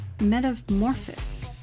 metamorphosis